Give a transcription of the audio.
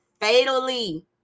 fatally